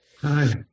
Hi